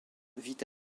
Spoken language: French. vite